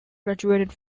graduated